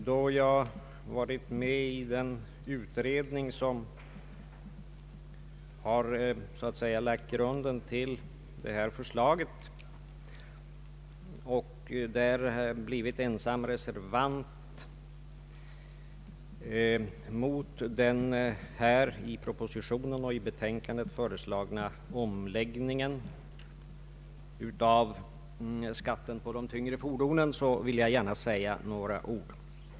Då jag har varit med i den utredning, som lagt grunden till det föreliggande förslaget och där blivit ensam reservant beträffande den i propositionen och i betänkandet föreslagna skärpningen av skatten på de tyngre fordonen, vill jag gärna säga några ord.